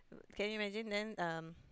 can you imagine then um